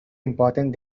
important